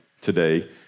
today